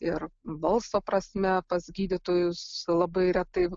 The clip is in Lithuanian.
ir balso prasme pas gydytojus labai retai